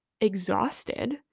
exhausted